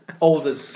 Older